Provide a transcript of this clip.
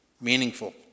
meaningful